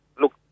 Look